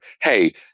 hey